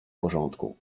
porządku